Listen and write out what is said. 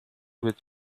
with